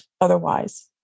otherwise